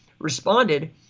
responded